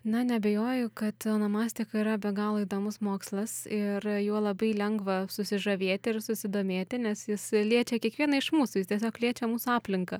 na neabejoju kad onomastika yra be galo įdomus mokslas ir juo labai lengva susižavėti ir susidomėti nes jis liečia kiekvieną iš mūsų jis tiesiog liečia mūsų aplinką